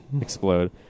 explode